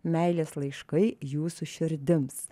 meilės laiškai jūsų širdims